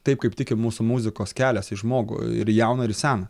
taip kaip tikim mūsų muzikos kelias į žmogų ir į jauną ir į seną